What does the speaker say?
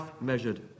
measured